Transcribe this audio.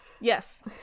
Yes